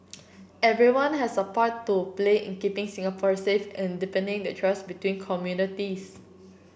everyone has a part to play in keeping Singapore safe and deepening the trust between communities